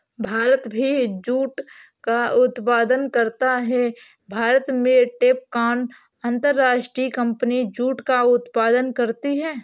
भारत भी जूट का उत्पादन करता है भारत में टैपकॉन अंतरराष्ट्रीय कंपनी जूट का उत्पादन करती है